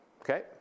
okay